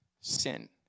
sin